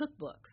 cookbooks